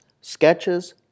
sketches